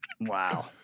Wow